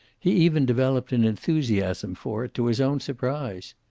he even developed an enthusiasm for it, to his own surprise.